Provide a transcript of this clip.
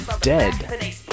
dead